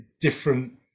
different